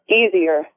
easier